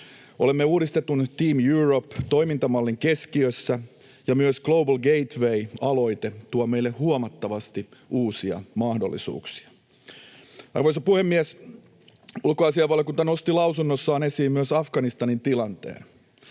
Olemme uudistetun Team Europe ‑toimintamallin keskiössä , ja myös Global Gateway ‑aloite tuo meille huomattavasti uusia mahdollisuuksia. Arvoisa puhemies! Ulkoasiainvaliokunta nosti lausunnossaan esiin myös Afganistanin tilanteen.